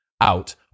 out